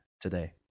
today